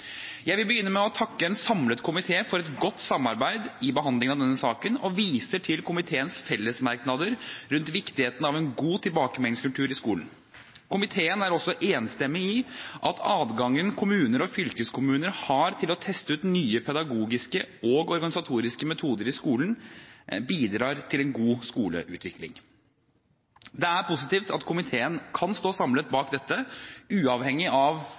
Jeg vil begynne med å takke en samlet komité for et godt samarbeid ved behandlingen av denne saken, og viser til komiteens fellesmerknader rundt viktigheten av en god tilbakemeldingskultur i skolen. Komiteen er også enstemmig i at adgangen kommuner og fylkeskommuner har til å teste ut nye pedagogiske og organisatoriske metoder i skolen, bidrar til en god skoleutvikling. Det er positivt at komiteen kan stå samlet bak dette, uavhengig av